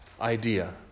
idea